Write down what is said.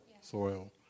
soil